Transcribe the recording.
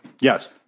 Yes